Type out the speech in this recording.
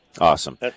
Awesome